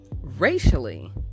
racially